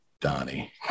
Donnie